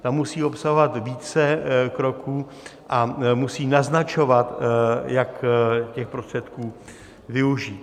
Ta musí obsahovat více kroků a musí naznačovat, jak těch prostředků využít.